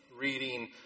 Reading